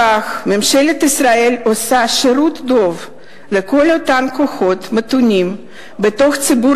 בכך ממשלת ישראל עושה שירות דוב לכל אותם כוחות מתונים בתוך הציבור